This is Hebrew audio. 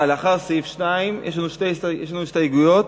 לנו הסתייגויות,